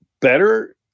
better